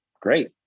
great